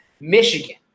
Michigan